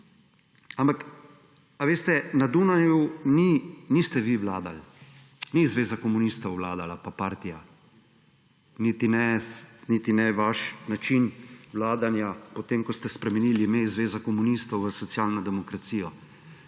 ampak veste, na Dunaju niste vi vladali, ni Zveza komunistov vladala pa partija, niti ne vaš način vladanja, potem ko ste spremenili ime Zveza komunistov v Socialno demokracijo;